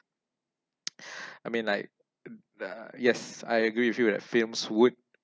I mean like uh ah yes I agree with you that films would